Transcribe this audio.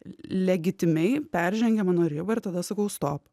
legitimiai peržengia mano ribą ir tada sakau stop